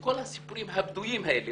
וכל הסיפורים הבדויים האלה,